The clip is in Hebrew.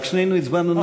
רק שנינו הצבענו נגד,